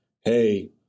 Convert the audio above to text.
hey